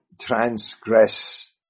transgress